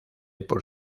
por